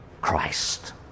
Christ